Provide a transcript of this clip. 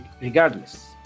regardless